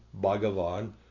Bhagavan